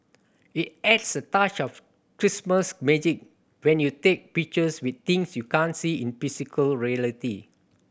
it adds a touch of Christmas magic when you take pictures with things you can't see in physical reality